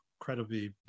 incredibly